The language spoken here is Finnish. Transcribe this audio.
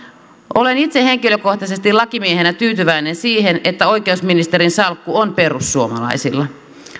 olen itse henkilökohtaisesti lakimiehenä tyytyväinen siihen että oikeusministerin salkku on perussuomalaisilla